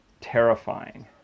terrifying